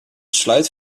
slight